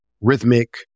rhythmic